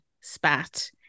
spat